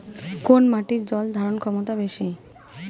কোন মাটির জল ধারণ ক্ষমতা বেশি?